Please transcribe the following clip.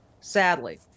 sadly